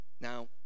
Now